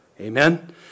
Amen